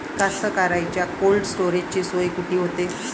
कास्तकाराइच्या कोल्ड स्टोरेजची सोय कुटी होते?